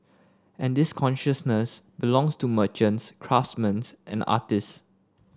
and this consciousness belongs to merchants craftsman and artist